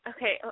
Okay